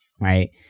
Right